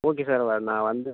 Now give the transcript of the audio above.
okay sir நான் வந்து